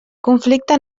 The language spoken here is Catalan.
conflicte